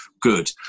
good